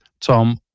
Tom